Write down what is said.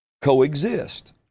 Coexist